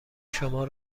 شما